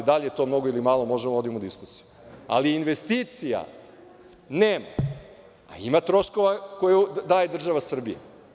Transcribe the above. Da li je to mnogo ili malo, o tome možemo da vodimo diskusiju, ali investicija nema, a ima troškova koje daje država Srbija.